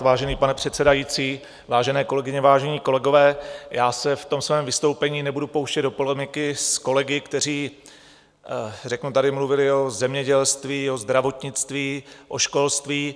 Vážený pane předsedající, vážené kolegyně, vážení kolegové, já se v tom svém vystoupení nebudu pouštět do polemiky s kolegy, kteří, řeknu, tady mluvili o zemědělství, zdravotnictví, školství.